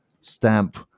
stamp